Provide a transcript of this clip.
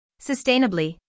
sustainably